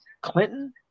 Clinton